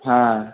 हाँ